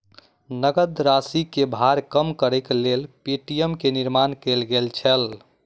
नकद राशि के भार कम करैक लेल पे.टी.एम के निर्माण कयल गेल छल